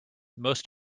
most